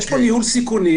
יש פה ניהול סיכונים.